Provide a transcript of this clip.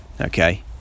Okay